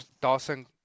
Dawson